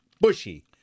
bushy